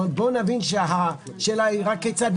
אבל בואו נבין שהשאלה היא רק כיצד.